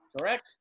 correct